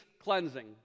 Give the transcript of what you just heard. cleansing